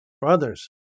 brothers